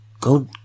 go